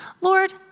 Lord